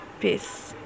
Peace